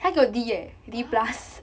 pass